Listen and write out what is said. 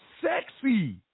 sexy